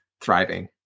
thriving